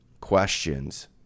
questions